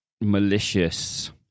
malicious